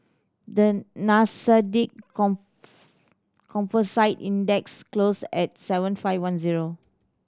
the Nasdaq Composite Index closed at seven five one zero